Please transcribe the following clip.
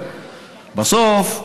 בסוף,